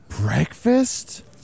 breakfast